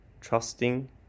trusting